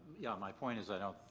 yeah, my point is,